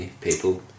people